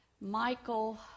Michael